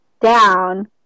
down